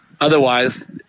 Otherwise